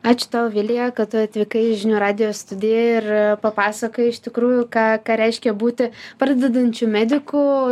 ačiū tau vilija kad tu atvykai į žinių radijo studiją ir papasakojai iš tikrųjų ką ką reiškia būti pradedančiu mediku